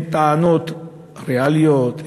הן טענות ריאליות,